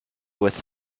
with